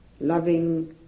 Loving